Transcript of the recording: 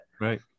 Right